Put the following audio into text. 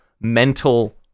mental